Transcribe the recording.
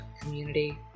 community